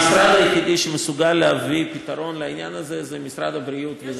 המשרד היחיד שמסוגל להביא פתרון לעניין הזה זה משרד הבריאות.